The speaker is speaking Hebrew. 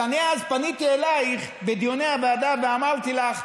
אלא, אני אז פניתי אלייך בדיוני הוועדה ואמרתי לך: